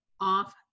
off